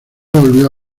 volvió